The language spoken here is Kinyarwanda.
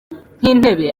nk’intebe